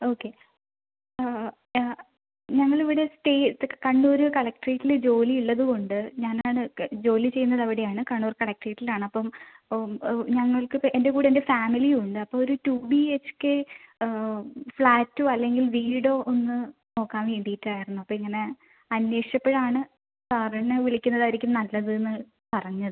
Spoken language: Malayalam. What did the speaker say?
ഓക്കെ ആ ആ ഞങ്ങളിവിടെ സ്റ്റേ കണ്ണൂർ കളക്ടറേറ്റിൽ ജോലി ഉള്ളത് കൊണ്ട് ഞാൻ ജോലി ചെയ്യുന്നത് അവിടെയാണ് കണ്ണൂർ കളക്ടറേറ്റിലാണ് അപ്പം ഞങ്ങൾക്ക് എൻ്റെ കൂടെ എൻ്റെ ഫാമിലിയും ഉണ്ട് അപ്പോൾ ഒരു ടു ബിഎച്ച്കെ ഫ്ലാറ്റോ അല്ലെങ്കിൽ വീടോ ഒന്ന് നോക്കാൻ വേണ്ടിയിട്ടായിരുന്നു അപ്പോൾ ഇങ്ങനെ അന്വേഷിച്ചപ്പോഴാണ് സാറിനെ വിളിക്കുന്നത് ആയിരിക്കും നല്ലതെന്ന് പറഞ്ഞത്